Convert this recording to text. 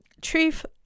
truth